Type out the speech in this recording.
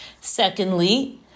Secondly